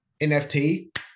NFT